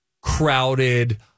crowded